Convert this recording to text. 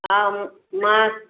हा म मां